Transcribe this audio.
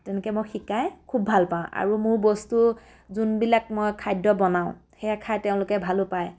তেনেকৈ মই শিকাই খুব ভাল পাওঁ আৰু মোৰ বস্তু যোনবিলাক মই খাদ্য বনাওঁ সেয়া খায় তেওঁলোকে ভালো পায়